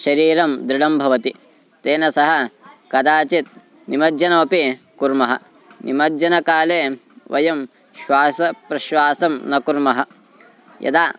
शरीरं दृडं भवति तेन सह कदाचित् निमज्जनमपि कुर्मः निमज्जनकाले वयं श्वासप्रश्वासं न कुर्मः यदा